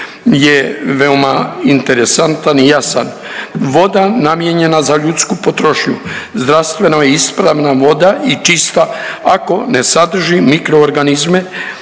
je veoma interesantan i jasan. Voda namijenjena za ljudsku potrošnju zdravstveno je ispravna voda i čista ako ne sadrži mikroorganizme